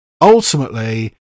ultimately